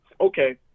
okay